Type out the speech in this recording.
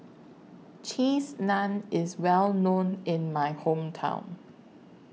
Cheese Naan IS Well known in My Hometown